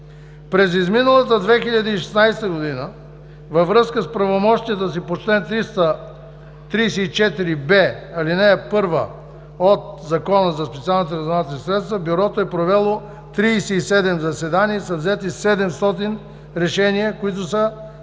През изминалата 2016 г. във връзка с правомощията си по чл. 34б, ал. 1 от Закона за специалните разузнавателни средства Бюрото е провело 37 заседания и са взети 700 решения, които са